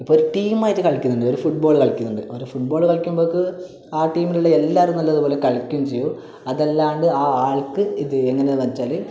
ഇപ്പോൾ ഒരു ടീമായിട്ട് കളിക്കുന്നുണ്ട് ഒരു ഫുട്ബോള് കളിക്കുന്നുണ്ട് ഒരു ഫുട്ബോൾ കളിക്കുമ്പോഴേക്ക് ആ ടീമിലുള്ള എല്ലാവരും നല്ലതുപോലെ കളിക്കും ചെയ്യും അതല്ലാണ്ട് ആ ആൾക്ക് ഇത് എങ്ങനെയാണെന്നുവെച്ചാൽ